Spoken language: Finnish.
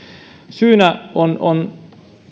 syynä on on